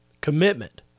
Commitment